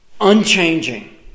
unchanging